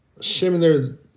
similar